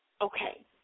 Okay